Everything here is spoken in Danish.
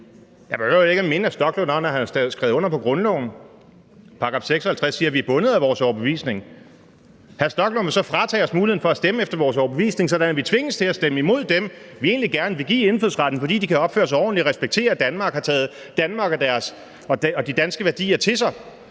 Jeg behøver jo ikke at minde hr. Stoklund om, at han har skrevet under på grundloven, og § 56 siger, at vi er bundet af vores overbevisning. Hr. Stoklund vil så fratage os muligheden for at stemme efter vores overbevisning, sådan at vi tvinges til at stemme imod dem, som vi egentlig gerne vil give indfødsretten, fordi de kan opføre sig ordentligt og respekterer Danmark og har taget Danmark og de danske værdier til sig.